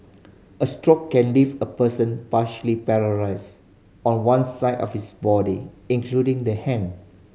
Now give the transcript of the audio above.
a stroke can leave a person partially paralysed on one side of his body including the hand